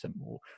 more